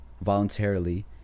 voluntarily